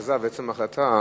ההכרזה ועצם ההחלטה